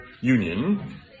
union